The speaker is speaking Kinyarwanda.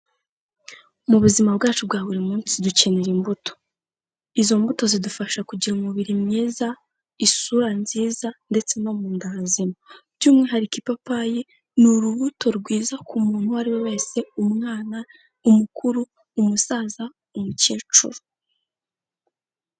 Mu buzima bwacu bwa buri munsi dukenera imbuto. Izo mbuto zidufasha kugira umubiri mwiza, isura nziza, ndetse no mu nda hazima. By'umwihariko ipapayi, ni urubuto rwiza ku muntu uwo ari we wese, umwana, umukuru, umusaza, umukecuru.